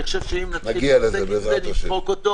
אני חושב שאם נתחיל להתעסק עם זה